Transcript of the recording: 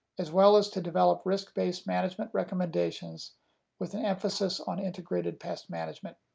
as well as to develop risk-based management recommendations with an emphasis on integrated pest management.